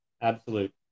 absolute